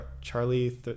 Charlie